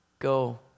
Go